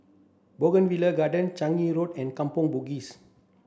Bougainvillea Garden Changi Road and Kampong Bugis